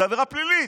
זאת עבירה פלילית,